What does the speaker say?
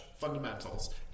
fundamentals